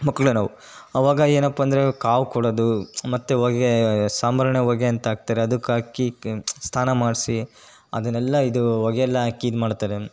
ಮಕ್ಳಿನವು ಆವಾಗ ಏನಪ್ಪ ಅಂದ್ರೆ ಕಾವು ಕೊಡೋದು ಮತ್ತೆ ಹೊಗೆ ಸಾಂಬ್ರಾಣಿ ಹೊಗೆ ಅಂತ ಹಾಕ್ತಾರೆ ಅದಕ್ಕಾಕಿ ಕ್ ಸ್ನಾನ ಮಾಡಿಸಿ ಅದನ್ನೆಲ್ಲ ಇದು ಹೊಗೆಯೆಲ್ಲ ಹಾಕಿ ಇದ್ಮಾಡ್ತಾರೆ